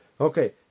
Okay